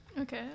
Okay